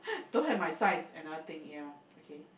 don't have size my size another thing ya okay